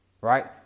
Right